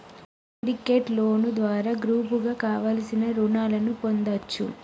syndicate loan ద్వారా గ్రూపుగా కావలసిన రుణాలను పొందచ్చు